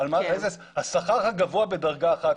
השכר הגבוה בדרגה 11,